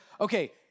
Okay